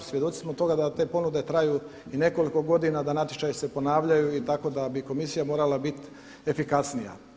Svjedoci smo toga da te ponude traju i nekoliko godina da natječaji se ponavljaju i da bi komisija morala biti efikasnija.